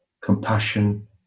compassion